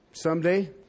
Someday